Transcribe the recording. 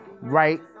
right